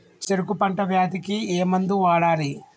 చెరుకు పంట వ్యాధి కి ఏ మందు వాడాలి?